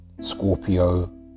scorpio